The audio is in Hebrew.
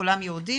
כולם יהודים,